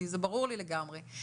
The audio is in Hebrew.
זה ברור לי לגמרי,